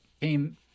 came